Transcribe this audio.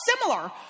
similar